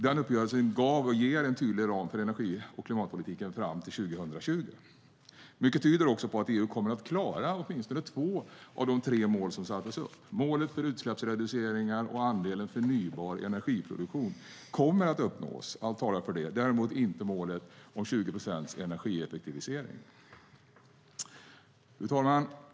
Denna uppgörelse gav och ger en tydlig ram för energi och klimatpolitiken fram till 2020. Mycket tyder på att EU kommer att klara åtminstone två av de tre mål som sattes upp. Målen för utsläppsreducering och andelen förnybar energiproduktion kommer att uppnås - allt talar för det - däremot inte målet om 20 procents energieffektivisering. Fru talman!